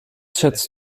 schätzt